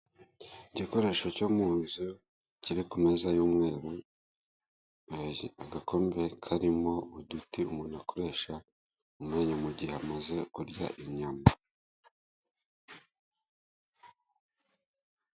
Igikoresho cyo munzu kiri ku meza y'umweru, ni agakope karimo uduti umuntu akoresha mu menyo mugihe amaze kurya inyama.